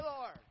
Lord